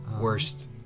Worst